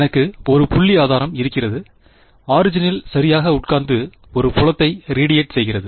எனக்கு ஒரு புள்ளி ஆதாரம் இருக்கிறது ஆரிஜினில் சரியாக உட்கார்ந்து ஒரு புலத்தை ரேடியேட் செய்கிறது